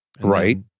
Right